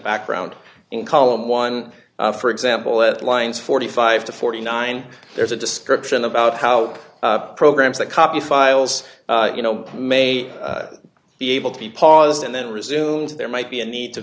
background in column one for example at lines forty five to forty nine there's a description about how programs that copy files you know may be able to be paused and then resumed there might be a need to